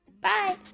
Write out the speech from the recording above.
Bye